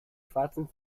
schwarzen